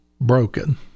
broken